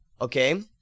Okay